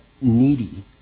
needy